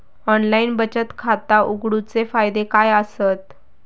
Online बचत खाता उघडूचे फायदे काय आसत?